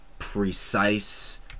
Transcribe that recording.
precise